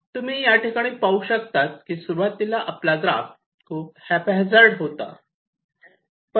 तुम्ही याठिकाणी पाहू शकतात की सुरुवातीला आपला ग्राफ खूप हॅप् हजार्ड होता